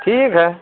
ठीक है